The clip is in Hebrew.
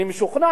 אני משוכנע,